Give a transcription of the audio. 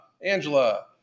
Angela